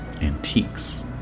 Antiques